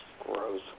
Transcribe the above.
gross